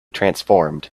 transformed